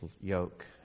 yoke